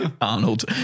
Arnold